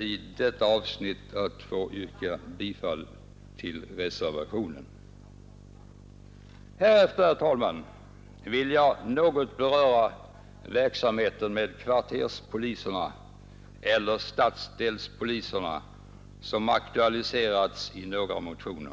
I detta avsnitt ber jag att få yrka bifall till reservationen. Härefter, herr talman, vill jag något beröra verksamheten med kvarterspoliserna — eller stadsdelspoliserna — som aktualiserats i några motioner.